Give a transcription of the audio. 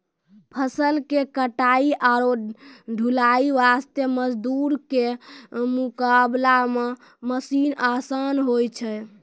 फसल के कटाई आरो ढुलाई वास्त मजदूर के मुकाबला मॅ मशीन आसान होय छै